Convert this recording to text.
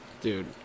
Dude